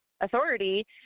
authority